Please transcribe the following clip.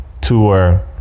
tour